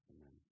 amen